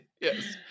Yes